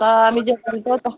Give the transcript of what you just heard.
তা আমি যেতাম তো তো